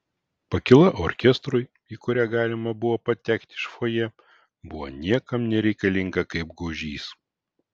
pakyla orkestrui į kurią galima buvo patekti iš fojė buvo niekam nereikalinga kaip gūžys